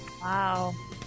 Wow